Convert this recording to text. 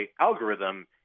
algorithm